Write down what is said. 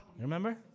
Remember